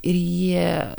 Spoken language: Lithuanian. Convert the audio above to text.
ir jie